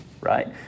right